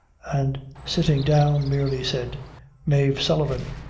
and sitting down, merely said mave sullivan,